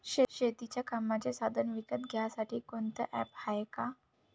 शेतीच्या कामाचे साधनं विकत घ्यासाठी कोनतं ॲप हाये का?